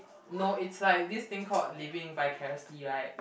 no it's like this thing called living by carelessly right